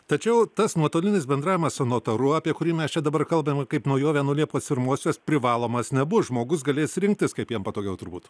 tačiau tas nuotolinis bendravimas su notaru apie kurį mes čia dabar kalbame kaip naujovę nuo liepos pirmosios privalomas nebus žmogus galės rinktis kaip jiems patogiau turbūt